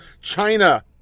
China